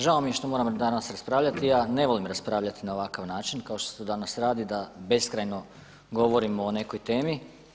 Žao mi je što moramo danas raspravljati, ja ne volim raspravljati na ovakav način kao što se to danas radi da beskrajno govorimo o nekoj temi.